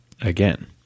again